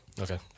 Okay